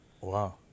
Wow